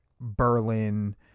Berlin